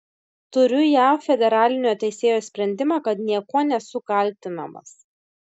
turiu jav federalinio teisėjo sprendimą kad niekuo nesu kaltinamas